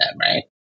right